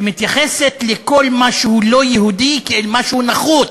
שמתייחסת לכל מה שהוא לא יהודי כאל משהו נחות,